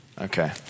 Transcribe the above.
Okay